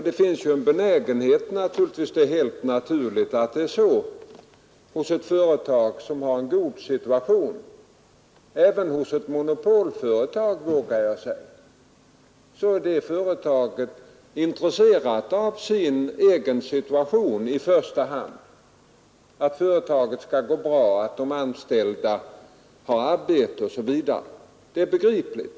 Det finns nämligen en benägenhet hos företagen att i första hand vara intresserat av den egna situationen, alltså att företaget skall gå bra, att de anställda har arbete, att man skall slippa konkurrens osv. Detta är begripligt.